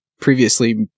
previously